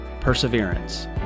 perseverance